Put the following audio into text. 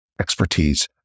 expertise